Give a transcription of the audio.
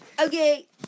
Okay